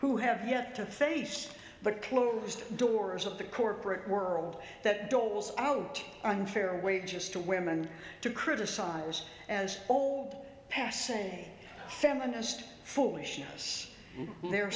who have yet to face but closed doors of the corporate world that doles out on fair wages to women to criticize as passing feminist foolishness their